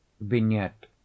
Vignette